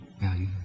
Value